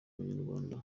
banyarwanda